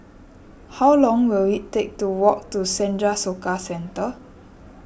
how long will it take to walk to Senja Soka Centre